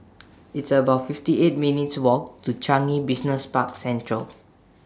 It's about fifty eight minutes' Walk to Changi Business Park Central